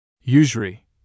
Usury